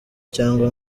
cyangwa